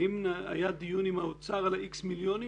האם היה דיון עם האוצר על האיקס מיליונים